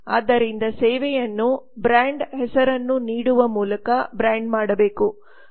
ಆದ್ದರಿಂದ ಸೇವೆಯನ್ನು ಬ್ರಾಂಡ್ ಹೆಸರನ್ನು ನೀಡುವ ಮೂಲಕ ಬ್ರಾಂಡ್ ಮಾಡಬೇಕು